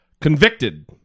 Convicted